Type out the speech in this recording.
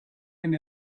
end